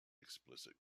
explicit